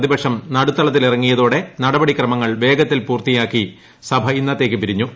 പ്രതിപക്ഷം നടുത്തളത്തിൽ ഇറങ്ങിയതോടെ നടപടിക്രമങ്ങൾ വേഗത്തിൽ പൂർത്തിയാക്കി സഭ ഇന്നത്തേക്ക് പിരിഞ്ഞു